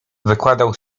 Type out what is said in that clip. wykładał